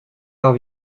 heure